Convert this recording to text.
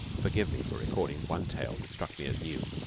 forgive me for recording one tale that struck me as new.